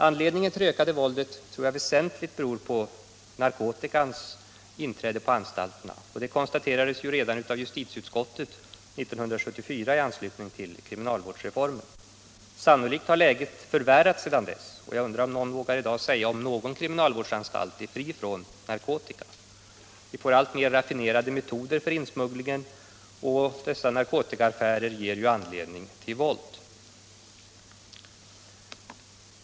Anledningen till det ökade våldet är nog väsentligen narkotikans inträde på anstalterna. Det konstaterades redan av justitieutskottet 1974 i anslutning till kriminalvårdsreformen. Sannolikt har läget sedan dess förvärrats, och jag undrar om någon i dag vågar säga att någon kriminalvårdsanstalt är fri från narkotika. Vi får alltmer raffinerade metoder för insmuggling, och dessa narkotikaaffärer är sedan orsaken till mycket våld.